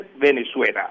Venezuela